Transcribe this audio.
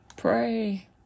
Pray